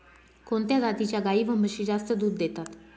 कोणत्या जातीच्या गाई व म्हशी जास्त दूध देतात?